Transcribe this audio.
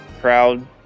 crowd